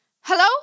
Hello